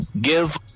give